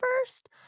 first